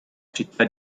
città